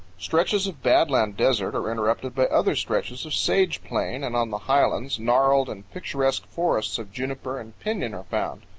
stretches of bad-land desert are interrupted by other stretches of sage plain, and on the high lands gnarled and picturesque forests of juniper and pinon are found.